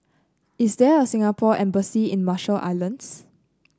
is there a Singapore Embassy in Marshall Islands